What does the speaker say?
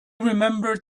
remembered